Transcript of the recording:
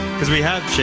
because we have